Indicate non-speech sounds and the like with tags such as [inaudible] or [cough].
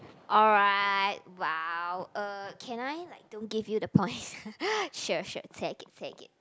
alright !wow! uh can I like don't give you the points [laughs] sure sure take it take it